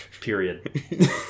Period